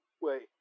Wait